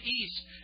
east